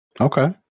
Okay